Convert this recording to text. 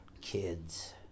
kids